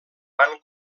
van